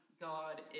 God